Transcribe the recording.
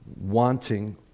wanting